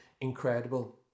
incredible